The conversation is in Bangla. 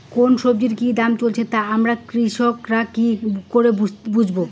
কোন সব্জির কি দাম চলছে তা আমরা কৃষক রা কি করে বুঝবো?